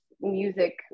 Music